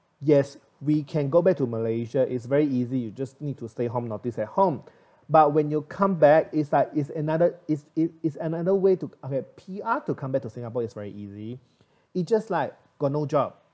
yes we can go back to malaysia is very easy you just need to stay home notice at home but when you come back is that is another is it is another way to have a P_R to come back to singapore it's very easy you just like got no job